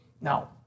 Now